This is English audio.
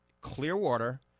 Clearwater